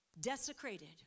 desecrated